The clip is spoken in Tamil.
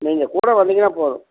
நீங்கள் கூட வந்தீங்கன்னா போதும்